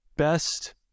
Best